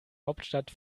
hauptstadt